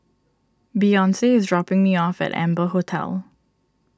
Beyonce is dropping me off at Amber Hotel